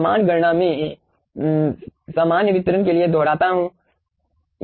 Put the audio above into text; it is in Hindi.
समान गणना में सामान्य वितरण के लिए दोहराता रहूंगा